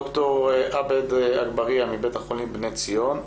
ד"ר עבד אגאבריה מבית החולים בני-ציון,